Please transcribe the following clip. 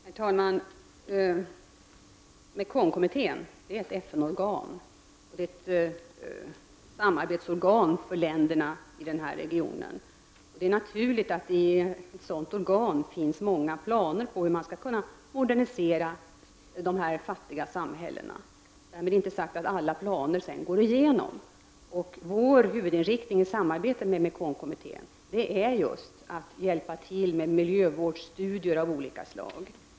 Herr talman! Mekongkommittén är ett FN-organ, och det är ett samarbetsorgan för länderna i den här regionen. Det är naturligt att det i ett sådant organ finns många planer på hur man skall kunna modernisera de här fattiga samhällena. Därmed är inte sagt att alla planer genomförs. Vår huvudinriktning i samarbetet i Mekongkommittén är just att hjälpa till med miljövårdsstudier av olika slag.